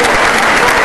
אנחנו חווים זאת.